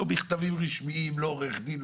לא בכתבים רשמיים, לא עם עורך דין.